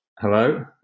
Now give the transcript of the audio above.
Hello